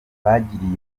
bagiriye